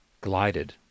glided